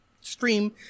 stream